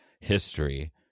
history